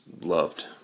loved